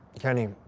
kenny,